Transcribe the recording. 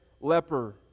leper